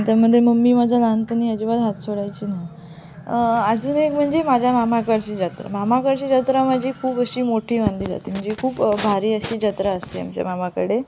त्यामध्ये मम्मी माझ्या लहानपणी अजिबात हात सोडायची नाही अजून एक म्हणजे माझ्या मामाकडची जत्रा मामाकडची जत्रा माझी खूप अशी मोठ्ठी मानली जाते म्हणजे खूप भारी अशी जत्रा असते आमच्या मामाकडे